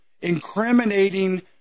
incriminating